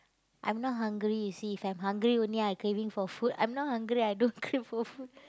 I'm not hungry see if I'm hungry only I craving for food I'm not hungry I don't crave for food